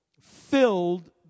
filled